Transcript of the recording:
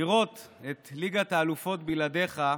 לראות את ליגת האלופות בלעדיך,